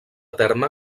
terme